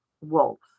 wolves